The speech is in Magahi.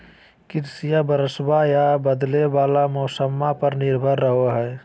कृषिया बरसाबा आ बदले वाला मौसम्मा पर निर्भर रहो हई